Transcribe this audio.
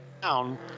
down